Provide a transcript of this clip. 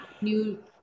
new